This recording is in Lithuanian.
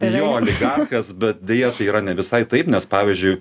jo oligarchas bet deja tai yra ne visai taip nes pavyzdžiui